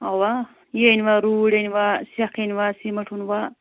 آ یہِ أنۍ وٕ روٗڑۍ أنۍ وٕ سٮ۪کھ أنۍ وٕ سیٖمَٹھ أنۍ وٕ